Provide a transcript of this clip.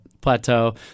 Plateau